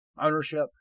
ownership